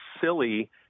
silly